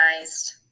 organized